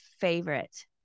favorite